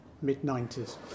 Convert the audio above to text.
mid-90s